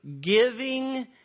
giving